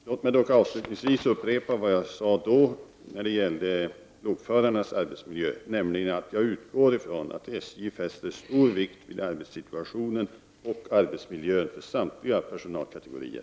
Låt mig dock avslutningsvis upprepa vad jag sade då det gällde lokförarnas arbetsmiljö, nämligen att jag utgår ifrån att SJ fäster stor vikt vid arbetssituationen och arbetsmiljön för samtliga personalkategorier.